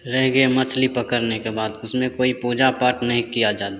रह गया मछली पकड़ने के बात उसमें कोई पूजा पाठ नहीं किया जाता